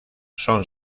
son